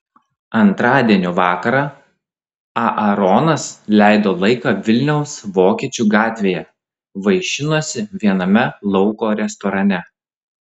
antradienio vakarą aaronas leido laiką vilniaus vokiečių gatvėje vaišinosi viename lauko restorane